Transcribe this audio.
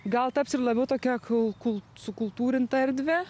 gal taps ir labiau tokia kul kul sukultūrinta erdve